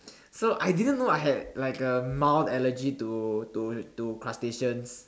so I didn't know I had like a mild allergy to to to crustaceans